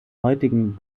heutigen